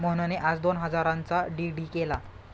मोहनने आज दोन हजारांचा डी.डी केला